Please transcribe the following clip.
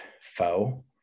foe